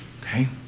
Okay